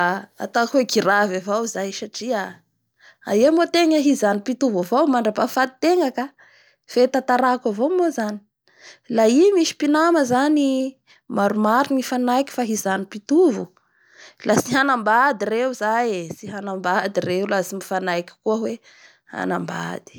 Haky a ho giravy avao zay satria aia moa tenga hijano mpitovo avao mandrapahafatotenga ka fe tantaraiko avao moa zany a i misy mpinama zany maromaro ny hifanaiky fa hijano mpitovo a tsy hanambady reo zay ee, tsy hanambady reo laha tsy mifanaiky koa hoe hanambady.